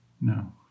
No